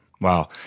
Wow